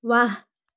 ৱাহ